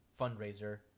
fundraiser